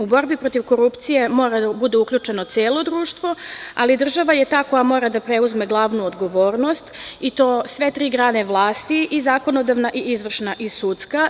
U borbi protiv korupcije mora da bude uključeno celo društvo, ali država je ta koja mora da preuzme glavnu odgovornost i to sve tri grane vlasti i zakonodavna i izvršna i sudska.